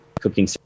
cooking